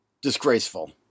disgraceful